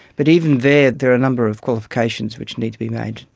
but even there there are a number of qualifications which need to be made,